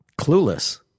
Clueless